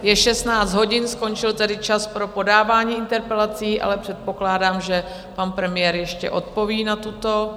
Je šestnáct hodin, skončil tedy čas pro podávání interpelací, ale předpokládám, že pan premiér ještě odpoví na tuto.